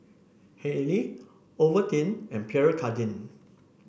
Haylee Ovaltine and Pierre Cardin